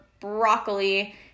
broccoli